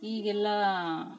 ಈಗೆಲ್ಲಾ